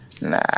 nah